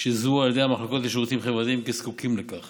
שזוהו על ידי המחלקות לשירותים חברתיים כזקוקים לכך